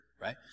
right